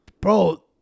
Bro